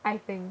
I think